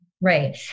Right